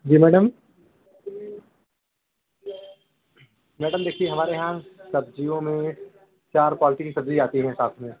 जी madam madam देखिए हमारे यहाँ सब्ज़ियों में चार क्वालिटी की सब्ज़ी आती है साथ में